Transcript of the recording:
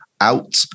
out